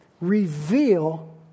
reveal